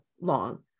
long